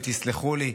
ותסלחו לי,